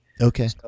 Okay